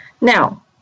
Now